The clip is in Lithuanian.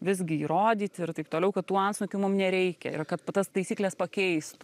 visgi įrodyti ir taip toliau kad tų antsnukių mum nereikia ir kad va tas taisykles pakeistų